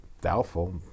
Doubtful